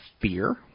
fear